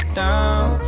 down